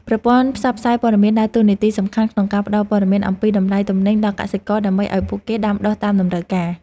ប្រព័ន្ធផ្សព្វផ្សាយព័ត៌មានដើរតួនាទីសំខាន់ក្នុងការផ្តល់ព័ត៌មានអំពីតម្លៃទំនិញដល់កសិករដើម្បីឱ្យពួកគេដាំដុះតាមតម្រូវការ។